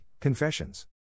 Confessions